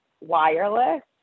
wireless